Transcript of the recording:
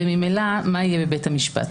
מה יהיה בבית המשפט.